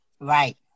Right